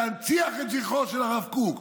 להנציח את זכרו של הרב קוק.